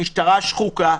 המשטרה שחוקה,